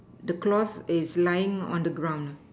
the cloth is lying on the ground